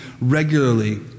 regularly